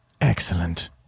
Excellent